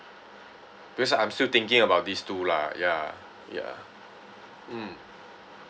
because I'm still thinking about these two lah ya ya mm